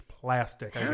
plastic